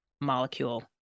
molecule